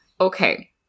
Okay